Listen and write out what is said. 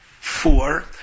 four